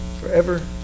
forever